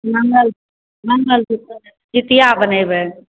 मङ्गल मङ्गलसूत्र जितिया बनेबै